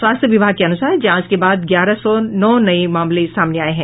स्वास्थ्य विभाग के अनुसार जांच के बाद ग्यारह सौ नौ नये मामले सामने आये हैं